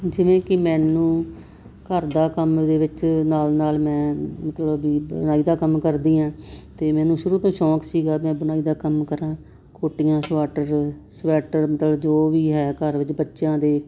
ਜਿਵੇਂ ਕਿ ਮੈਨੂੰ ਘਰ ਦਾ ਕੰਮ ਦੇ ਵਿੱਚ ਨਾਲ ਨਾਲ ਮੈਂ ਮਤਲਬ ਵੀ ਦਾ ਕੰਮ ਕਰਦੀ ਹਾਂ ਅਤੇ ਮੈਨੂੰ ਸ਼ੁਰੂ ਤੋਂ ਸ਼ੌਂਕ ਸੀਗਾ ਮੈਂ ਬੁਣਾਈ ਦਾ ਕੰਮ ਕਰਾਂ ਕੋਟੀਆਂ ਸਵਾਟਰ ਸਵੈਟਰ ਮਤਲਬ ਜੋ ਵੀ ਹੈ ਘਰ ਵਿੱਚ ਬੱਚਿਆਂ ਦੇ